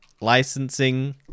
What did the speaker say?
licensing